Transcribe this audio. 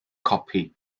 copi